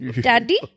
Daddy